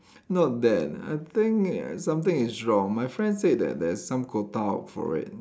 not that I think something is wrong my friend said that there's some quota for it